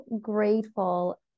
grateful